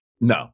No